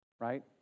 right